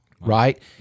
Right